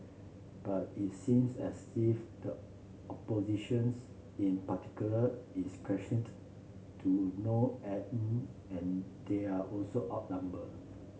but it seems as if the oppositions in particular is questioned to no end and they're also outnumber